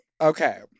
Okay